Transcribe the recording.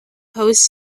pose